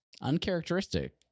uncharacteristic